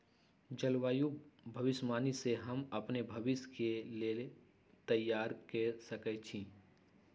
जलवायु भविष्यवाणी से हम अपने के भविष्य के लेल तइयार कऽ सकै छी